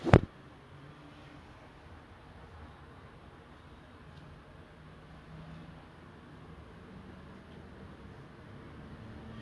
from there I had everytime I after I finish my primary school homework and all that right I will go to their house and I play with their kids that time there was only one kid